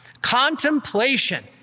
Contemplation